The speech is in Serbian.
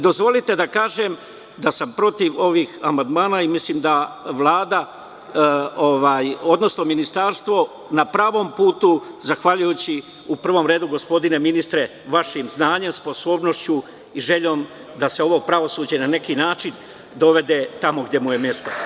Dozvolite da kažem da sam protiv ovih amandmana i mislim da Vlada, odnosno ministarstvo na pravom putu zahvaljujući u prvom redu, gospodine ministre, vašim znanjem, sposobnošću i željom da se ovo pravosuđe, na neki način, dovede tamo gde mu je mesto.